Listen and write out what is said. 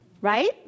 right